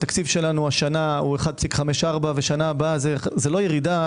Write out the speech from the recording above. התקציב שלנו השנה הוא 1.54 ושנה הבאה זה לא ירידה